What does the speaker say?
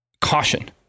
caution